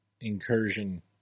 incursion